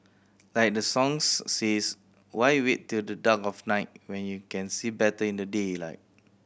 like the songs says why wait till the dark of night when you can see better in the daylight